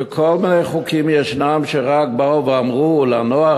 כל מיני חוקים יש שרק באו ואמרו לנוער,